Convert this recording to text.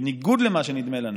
בניגוד למה שנדמה לנו,